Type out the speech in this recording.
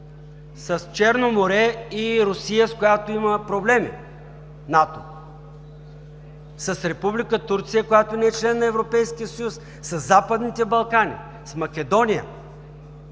с Черно море и Русия, с която има проблеми НАТО?! С Република Турция, която не е член на Европейския съюз, със Западните Балкани, с Македония